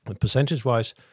percentage-wise